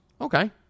Okay